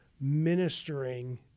ministering